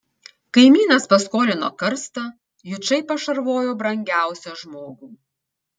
kaimynas paskolino karstą jučai pašarvojo brangiausią žmogų